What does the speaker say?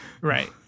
Right